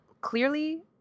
clearly